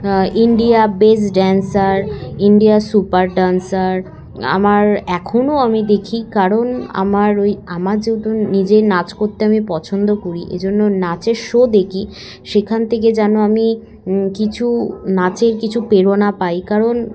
India best dancer India super dancer আমার এখনও আমি দেখি কারণ আমার ওই আমার যেহেতু নিজের নাচ করতে আমি পছন্দ করি এই জন্য নাচের শো দেখি সেখান থেকে যেন আমি কিছু নাচের কিছু প্রেরণা পাই কারণ